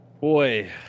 Boy